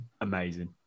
amazing